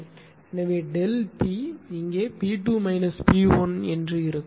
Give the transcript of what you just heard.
எனவே ΔP இங்கே P2 P1 இருக்கும்